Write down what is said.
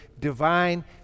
divine